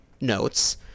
notes